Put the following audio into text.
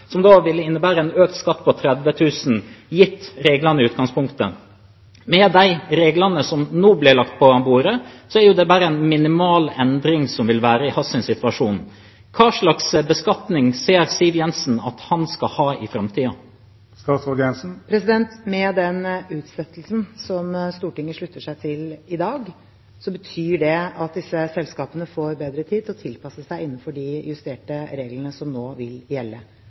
togselskap. Da vil jeg spørre Siv Jensen: Det var en bussjåfør som sto fram i FriFagbevegelse og NRK tidligere i år, som fikk en rabatt for seg og sin familie på anslagsvis 90 000 kr. Gitt reglene i utgangspunktet ville det innebære en økt skatt på 30 000 kr. Med de reglene som nå blir lagt på bordet, er det bare en minimal endring i hans situasjon. Hvilken beskatning ser Siv Jensen at han skal ha i framtiden? Med den utsettelsen som Stortinget slutter seg til i dag, betyr det at disse